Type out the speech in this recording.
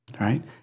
right